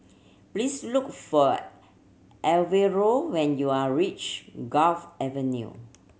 please look for Alvaro when you are reach Gulf Avenue